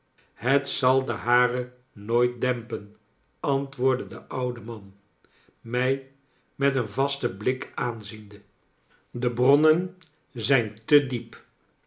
het zal de hare nooit dempen antwoordde de oude man mij met een vasten blik aanziende de bronnen zijn te diep